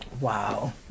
Wow